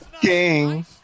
gang